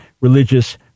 religious